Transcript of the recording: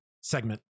segment